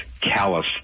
callous